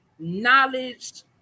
knowledge